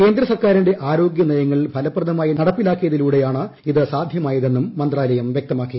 കേന്ദ്ര സർക്കാരിന്റെ ആരോഗ്യ നയങ്ങൾ ഫലപ്രദമായി നടപ്പാക്കിയതിലൂടെയാണ് ഇത് സാധ്യമായതെന്നും മന്ത്രാലയം വ്യക്തമാക്കി